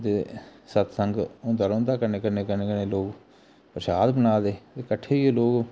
ते सत्संग होंदा रौहंदा कन्नै कन्नै कन्नै कन्नै लोक परशाद बना दे ते कट्ठे होइयै लोक